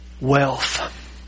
wealth